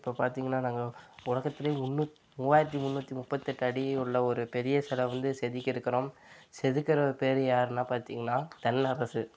இப்போ பார்த்திங்கன்னா நாங்கள் உலகத்திலேயே முந்நூத் மூவாயிரத்தி முந்நூற்றி முப்பத்தெட்டு அடி உள்ள ஒரு பெரிய சில வந்து செதுக்கியிருக்கிறோம் செதுக்கிற பேரு யாருனா பார்த்திங்கன்னா தென்னரசு